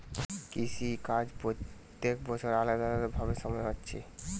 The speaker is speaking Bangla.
কৃষি কাজ প্রত্যেক বছর আলাদা আলাদা সময় হচ্ছে